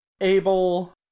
Abel